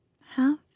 half